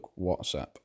WhatsApp